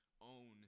own